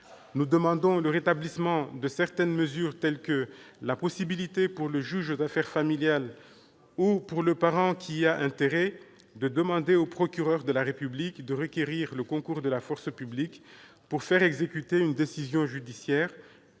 Nous proposerons le rétablissement de certaines mesures, telles que la possibilité, pour le juge aux affaires familiales ou pour le parent qui y a un intérêt, de demander au procureur de la République de requérir le concours de la force publique pour faire exécuter une décision judiciaire,